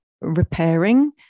repairing